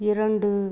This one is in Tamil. இரண்டு